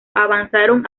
avanzaron